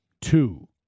Two